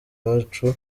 bacu